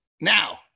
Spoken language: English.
Now